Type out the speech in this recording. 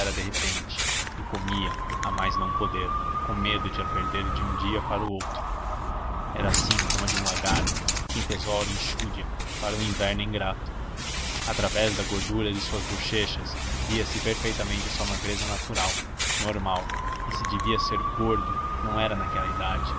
de repente e comia a mais não poder com medo de a perder de um dia para outro era assim como a de um lagarto que entesoura enxúndia para o inverno ingrato através da gordura de suas bochechas via-se perfeitamente a sua magreza natural normal e se devia ser gordo não era naquela idade